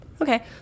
Okay